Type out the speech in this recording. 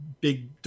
big